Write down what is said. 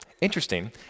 Interesting